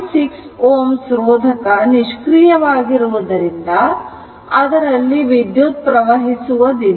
6 Ω ರೋಧಕ ನಿಷ್ಕ್ರಿಯ ವಾಗಿರುವುದರಿಂದ ಅದರಲ್ಲಿ ವಿದ್ಯುತ್ ಪ್ರವಹಿಸುವದಿಲ್ಲ